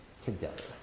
together